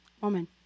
woman